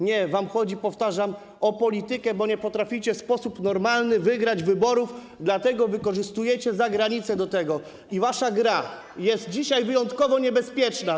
Nie, wam chodzi, powtarzam, o politykę, bo nie potraficie w sposób normalny wygrać wyborów, dlatego wykorzystujecie zagranicę do tego i wasza gra jest dzisiaj wyjątkowo niebezpieczna.